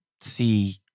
see